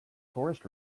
tourist